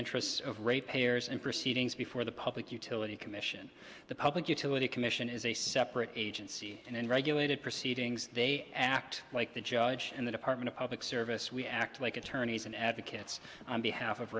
interests of rate payers in proceedings before the public utility commission the public utility commission is a separate agency and in regulated proceedings they act like the judge and the department of public service we act like attorneys and advocates on behalf of